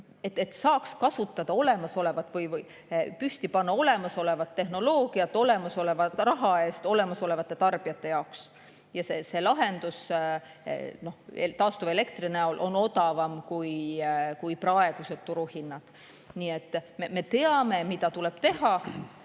et saaks kasutada või püsti panna olemasolevat tehnoloogiat olemasoleva raha eest olemasolevate tarbijate jaoks. See lahendus taastuvelektri näol on odavam kui praegused turuhinnad. Nii et me teame, mida tuleb teha.